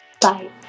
Bye